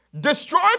destroy